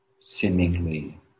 seemingly